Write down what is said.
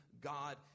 God